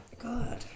God